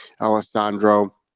alessandro